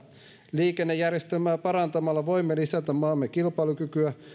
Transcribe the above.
liikennejärjestelmää parantamalla voimme lisätä maamme kilpailukykyä